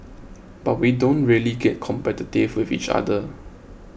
but we don't really get competitive with each other